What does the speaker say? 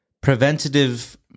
preventative